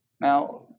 Now